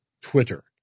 Twitter